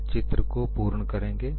हम चित्र को पूर्ण करेंगे